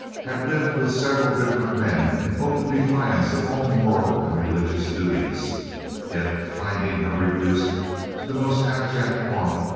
had lived with several different men in open defiance of all moral and religious duties yet, finding her reduced to the most abject want,